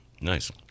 Nice